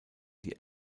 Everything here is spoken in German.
die